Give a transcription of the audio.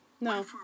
No